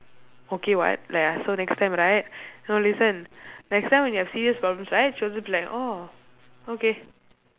okay [what] like I so next time right no listen next time when you have serious problems right she'll also be like orh okay